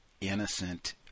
innocent